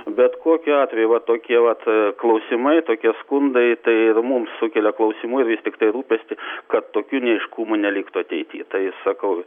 bet kokiu atveju vat tokie vat klausimai tokie skundai tai ir mums sukelia klausimų ir vis tiktai rūpestį kad tokių neaiškumų neliktų ateity tai sakau